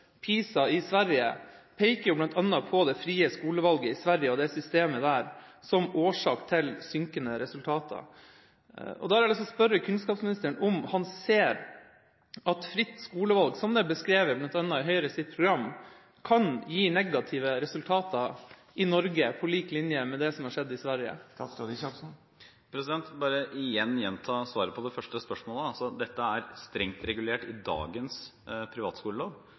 i Sverige peker på bl.a. det frie skolevalget i Sverige, det systemet, som årsak til synkende resultater. Da har jeg lyst til å spørre kunnskapsministeren: Ser han at fritt skolevalg, som det er beskrevet bl.a. i Høyres program, kan gi negative resultater i Norge, på lik linje med det som har skjedd i Sverige? Jeg vil bare gjenta svaret på det første spørsmålet: Dette er strengt regulert i dagens privatskolelov